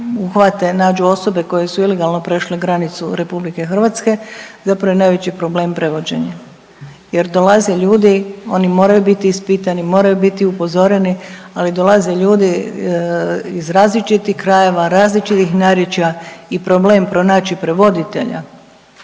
nađu osobe koje su ilegalno prešle granicu RH zapravo je najveći problem prevođenje jer dolaze ljudi, oni moraju biti ispitani, moraju biti upozoreni, ali dolaze ljudi iz različitih krajeva, različitih narječja i problem pronaći prevoditelja